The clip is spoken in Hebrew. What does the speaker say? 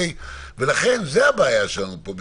זאת הבעיה שלנו פה.